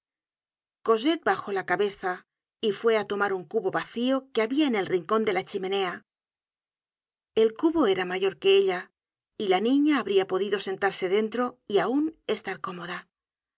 cosette bajó la cabeza y fué á tomar un cubo vacío que habia en el rincon de la chimenea el cubo era mayor que ella y la niña habria podido sentarse dentro y aun estar cómoda